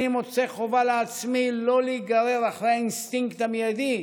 אני מוצא חובה לעצמי לא להיגרר אחרי האינסטינקט המיידי,